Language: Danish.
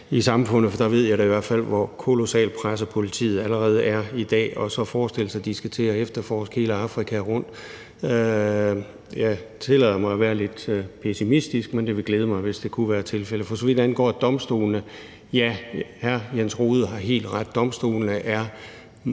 da i hvert fald hvor kolossalt presset politiet allerede er i dag. At forestille sig, at de så skal til at efterforske hele Afrika rundt, tillader jeg mig at være lidt pessimistisk over, men det ville glæde mig, hvis det kunne være tilfældet. For så vidt angår domstolene, har hr. Jens Rohde helt ret. Domstolene er